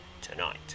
tonight